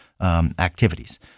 Activities